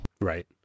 right